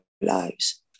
lives